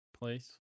place